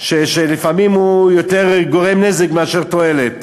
שלפעמים הוא גורם יותר נזק מאשר תועלת.